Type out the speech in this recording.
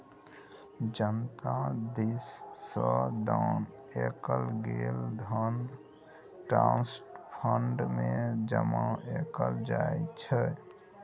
जनता दिस सँ दान कएल गेल धन ट्रस्ट फंड मे जमा कएल जाइ छै